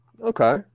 Okay